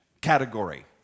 category